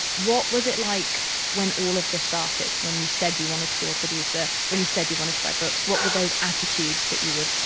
what was it like when all of this started? when you said you wanted to be a producer? when you said you wanted to buy books? what were those attitudes that you would?